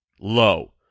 low